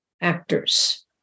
actors